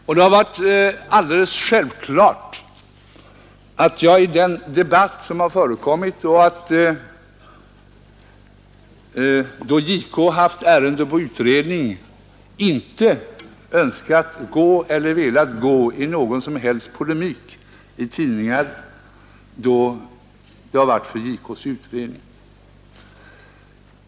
Och det har varit alldeles självklart att jag i den debatt som har förekommit inte velat gå i någon som helst polemik i tidningar, då JK haft ärendet under utredning.